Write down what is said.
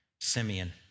Simeon